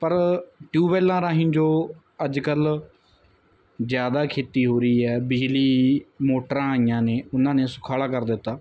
ਪਰ ਟਿਊਬਵੈੱਲਾਂ ਰਾਹੀਂ ਜੋ ਅੱਜ ਕੱਲ੍ਹ ਜ਼ਿਆਦਾ ਖੇਤੀ ਹੋ ਰਹੀ ਹੈ ਬਿਜਲੀ ਮੋਟਰਾਂ ਆਈਆਂ ਨੇ ਉਹਨਾਂ ਨੇ ਸੁਖਾਲਾ ਕਰ ਦਿੱਤਾ